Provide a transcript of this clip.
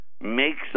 makes